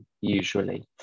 usually